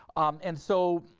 um and, so,